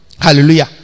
hallelujah